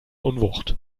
unwucht